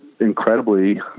incredibly